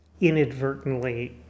inadvertently